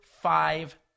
five